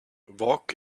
walk